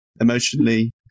emotionally